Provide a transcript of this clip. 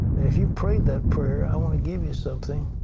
if you prayed that prayer, i want to give you something.